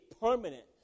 permanent